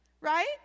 Right